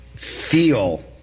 feel